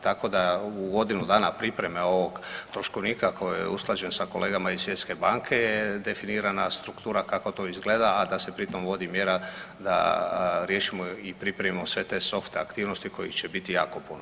Tako da u godinu dana pripreme ovog troškovnika koji je usklađen sa kolegama iz Svjetske banke je definirana struktura kako to izgleda, a da se pritom vodi mjera da riješimo i pripremio sve te softe aktivnosti kojih će biti jako puno.